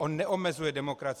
On neomezuje demokracii.